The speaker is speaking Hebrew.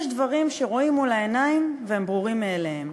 יש דברים שרואים מול העיניים והם ברורים מאליהם.